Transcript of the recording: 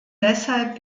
deshalb